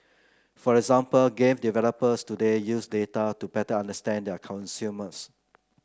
for example game developers today use data to better understand their consumers